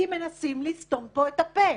כי מנסים לסתום פה את הפה.